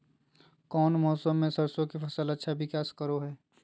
कौन मौसम मैं सरसों के फसल अच्छा विकास करो हय?